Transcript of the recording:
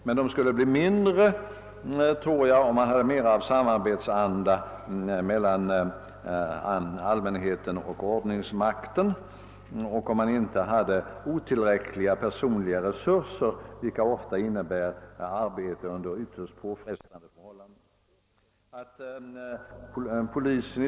Men de skulle bli färre, tror jag, om man hade mer av samarbetsanda mellan allmänheten och ordningsmakten och om polisen inte hade otillräckliga personella resurser, vilket ofta medför arbete under ytterst påfrestande förhållanden.